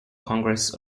congress